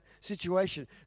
situation